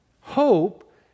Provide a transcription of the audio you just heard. Hope